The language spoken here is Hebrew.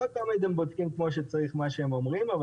לא תמיד הם בודקים כפי שצריך מה שהם אומרים אבל